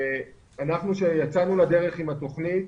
כשיצאנו לדרך עם התוכנית,